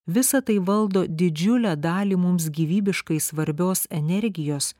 visa tai valdo didžiulę dalį mums gyvybiškai svarbios energijos